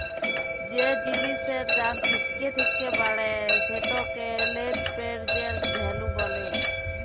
যে জিলিসের দাম থ্যাকে থ্যাকে বাড়ে সেটকে লেট্ পেরজেল্ট ভ্যালু ব্যলে